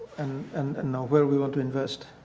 and and ah where we want to invest